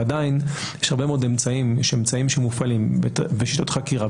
עדיין יש הרבה מאוד אמצעים שמופעלים בשיטות חקירה,